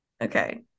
Okay